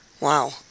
Wow